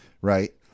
right